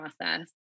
process